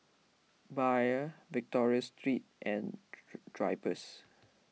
Bia Victoria Secret and Drypers